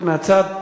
עמדה נוספת מהצד.